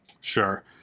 Sure